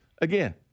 again